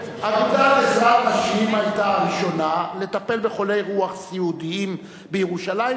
אגודת "עזרת נשים" היתה הראשונה לטפל בחולי רוח סיעודיים בירושלים,